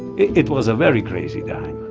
it was a very crazy time,